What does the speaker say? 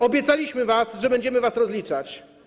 Obiecaliśmy, że będziemy was rozliczać.